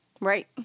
Right